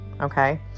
okay